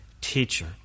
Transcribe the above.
teacher